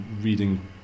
reading